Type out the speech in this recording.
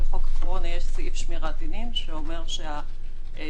בחוק הקורונה יש סעיף שמירת דינים שאומר שהסמכויות